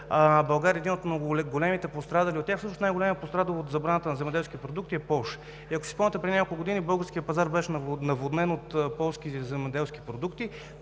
България е един от големите пострадали, всъщност най-големият пострадал от забраната за износ на земеделски продукти е Полша. Ако си спомняте, преди няколко години българският пазар беше наводнен от полски земеделски продукти